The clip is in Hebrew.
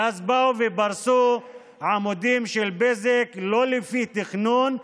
ואז באו ופרסו עמודים של בזק לא לפי תכנון,